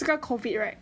这个 COVID right